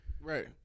Right